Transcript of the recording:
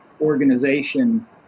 organization